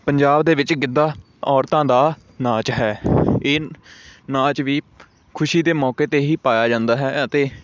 ਪੰਜਾਬ ਦੇ ਵਿੱਚ ਗਿੱਧਾ ਔਰਤਾਂ ਦਾ ਨਾਚ ਹੈ ਇਹ ਨਾਚ ਵੀ ਖੁਸ਼ੀ ਦੇ ਮੌਕੇ 'ਤੇ ਹੀ ਪਾਇਆ ਜਾਂਦਾ ਹੈ ਅਤੇ